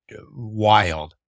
wild